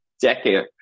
decade